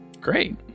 Great